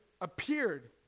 appeared